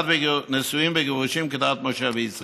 נישואין וגירושין כדת משה וישראל.